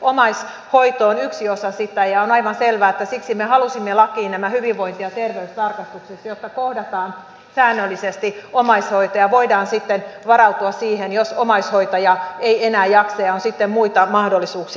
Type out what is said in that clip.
omaishoito on yksi osa sitä ja on aivan selvää että siksi me halusimme lakiin nämä hyvinvointi ja terveystarkastukset jotta kohdataan säännöllisesti omaishoitaja ja voidaan sitten varautua siihen jos omaishoitaja ei enää jaksa ja on sitten muita mahdollisuuksia